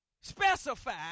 Specify